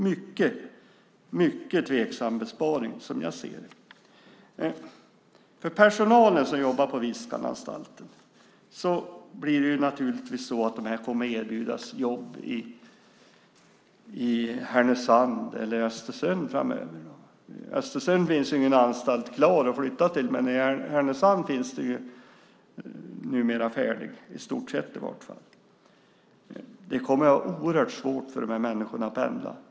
Det är en mycket tveksam besparing, som jag ser det. Personalen som jobbar på Viskananstalten kommer att erbjudas jobb i Härnösand eller Östersund framöver. I Östersund finns ingen anstalt klar att flytta till, men i Härnösand finns det numera en färdig, i stort sett i vart fall. Det kommer att vara oerhört svårt för de här människorna att pendla.